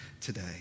today